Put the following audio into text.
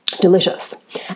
Delicious